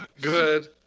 Good